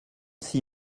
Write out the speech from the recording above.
six